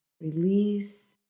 release